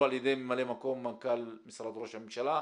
על ידי ממלא מקום מנכ"ל משרד ראש הממשלה,